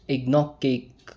eggnog cake